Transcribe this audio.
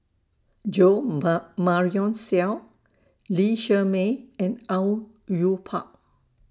Jo Ma Marion Seow Lee Shermay and Au Yue Pak